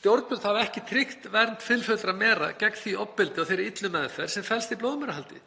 Stjórnvöld hafa ekki tryggt vernd fylfullra mera gegn því ofbeldi og þeirri illu meðferð sem felst í blóðmerahaldi.